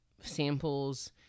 samples